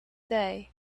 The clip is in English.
day